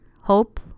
hope